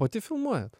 pati filmuojat